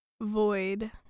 Void